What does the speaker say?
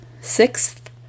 sixth